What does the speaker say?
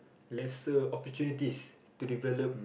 lesser opportunities to develop